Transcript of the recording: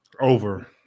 Over